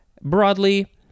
Broadly